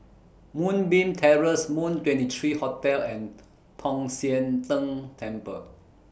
Moonbeam Terrace Moon twenty three Hotel and Tong Sian Tng Temple